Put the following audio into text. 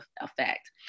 effect